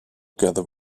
gather